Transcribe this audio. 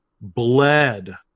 bled